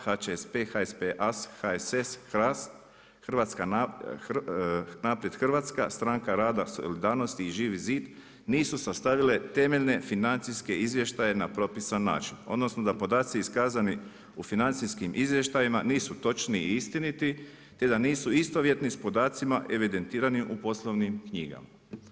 HČSP, HSP-AS, HSS, HRAST, Naprijed Hrvatska, Stranka rada i solidarnosti i Živi zid nisu sastavile temeljne financijske izvještaje na propisan način odnosno da podaci iskazani u financijskim izvještajima nisu točni i istiniti te da nisu istovjetni s podacima evidentiranim u poslovnim knjigama.